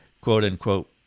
quote-unquote